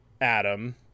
Adam